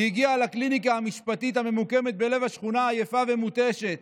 היא הגיעה לקליניקה המשפטית הממוקמת בלב השכונה עייפה ומותשת.